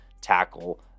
tackle